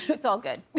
it's all good.